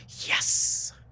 yes